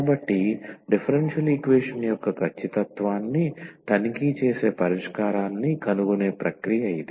కాబట్టి differential equation యొక్క ఖచ్చితత్వాన్ని తనిఖీ చేసే పరిష్కారాన్ని కనుగొనే ప్రక్రియ ఇది